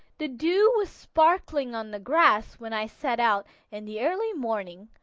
the dew was sparkling on the grass when i set out in the early morning,